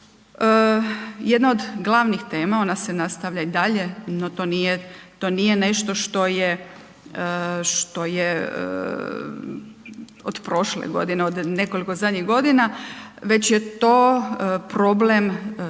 jedna od glavnih tema ona se nastavlja i dalje, no to nije, to nije nešto što je, što je od prošle godine, od nekoliko zadnjih godina, već je to problem